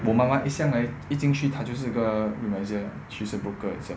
我妈妈一向来一进去她就是个 remisier she's a broker itself